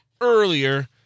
earlier